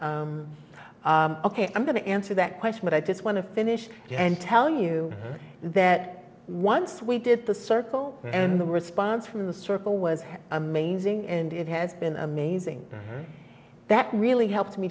ok i'm going to answer that question but i just want to finish and tell you that once we did the circle and the response from the circle was amazing and it has been amazing that really helped me